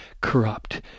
corrupt